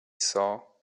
saw